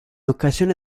occasione